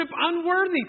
unworthy